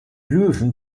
löwen